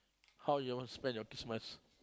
how you want spend your Christmas